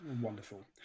Wonderful